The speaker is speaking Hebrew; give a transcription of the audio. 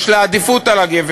יש לה עדיפות על הגבר.